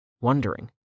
wondering